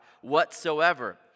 whatsoever